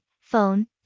phone